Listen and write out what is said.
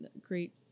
great